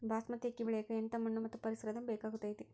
ಬಾಸ್ಮತಿ ಅಕ್ಕಿ ಬೆಳಿಯಕ ಎಂಥ ಮಣ್ಣು ಮತ್ತು ಪರಿಸರದ ಬೇಕಾಗುತೈತೆ?